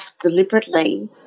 deliberately